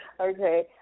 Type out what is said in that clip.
Okay